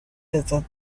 desert